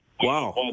Wow